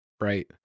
Right